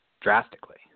drastically